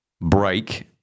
break